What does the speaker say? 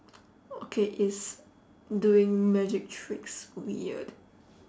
okay is doing magic tricks weird